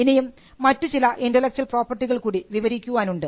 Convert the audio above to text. ഇനിയും മറ്റുചില ഇന്റെലക്ച്വൽ പ്രോപ്പർട്ടികൾ കൂടി വിവരിക്കാൻ ഉണ്ട്